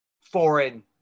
foreign